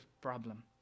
problem